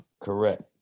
Correct